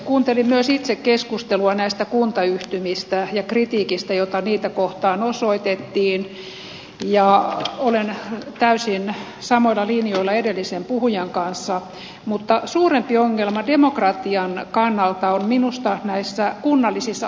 kuuntelin myös itse keskustelua näistä kuntayhtymistä ja kritiikistä jota niitä kohtaan osoitettiin ja olen täysin samoilla linjoilla edellisen puhujan kanssa mutta suurempi ongelma demokratian kannalta on minusta näissä kunnallisissa osakeyhtiöissä